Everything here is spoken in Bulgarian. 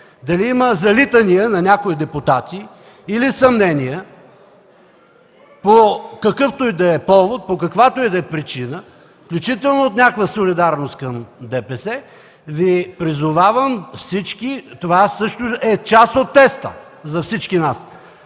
дали има залитания на някои депутати или съмнения по какъвто и да е повод, по каквато и да е причина, включително от някаква солидарност към ДПС, това също е част от теста за всички нас,